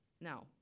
now